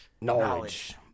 Knowledge